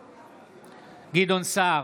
בעד גדעון סער,